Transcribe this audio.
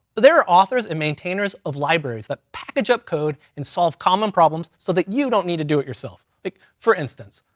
there are authors, and maintainers of libraries that package up code, and solve common problems so that you don't need to do it yourself. like for instance,